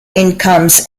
incomes